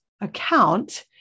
account